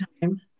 time